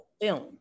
film